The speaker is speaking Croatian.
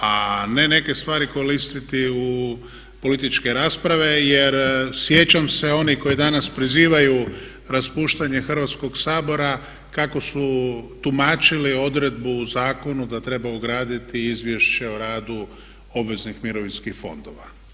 A ne neke stvari koristiti u političke rasprave jer sjećam se onih koji danas prizivaju raspuštanje Hrvatskog sabora kako su tumačili odredbu u zakonu da treba ugraditi izvješće o radu obveznih mirovinskih fondova.